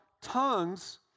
tongues